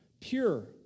pure